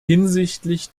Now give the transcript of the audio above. hinsichtlich